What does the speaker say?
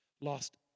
lost